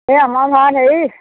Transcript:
এই আমাৰ ঘৰত হেৰি